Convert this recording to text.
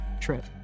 trip